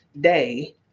day